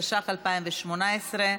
התשע"ח 2018,